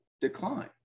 decline